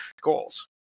goals